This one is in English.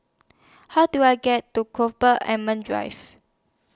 How Do I get to Drive